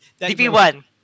DP1